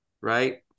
right